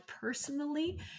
personally